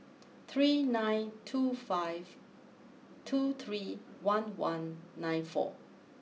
three nine two five two three one one nine four